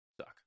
suck